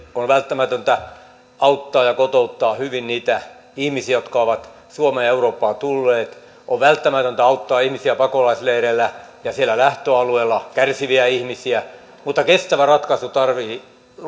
on välttämätöntä auttaa ja kotouttaa hyvin niitä ihmisiä jotka ovat suomeen ja eurooppaan tulleet on välttämätöntä auttaa ihmisiä pakolaisleireillä ja siellä lähtöalueilla kärsiviä ihmisiä mutta kestävä ratkaisu tarvitsee